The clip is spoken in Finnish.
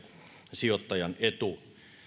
sijoittajan etu